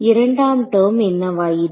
இரண்டாம் டெர்ம் என்னவாயிற்று